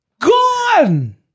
gone